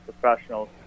professionals